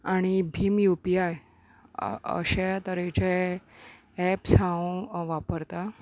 आनी भीम U P I अशे तरेचे ऍप्स हांव वापरतां